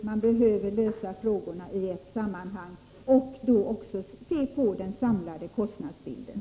Frågorna bör lösas i ett sammanhang, och då bör man också se på den samlade kostnadsbilden.